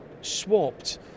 swapped